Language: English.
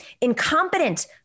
Incompetent